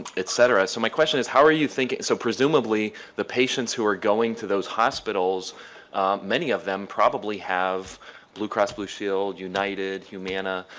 et cetera. so my question is how are you thinking, so presumably, the patients who are going to those hospitals many of them probably have blue cross blue shield, united, humana,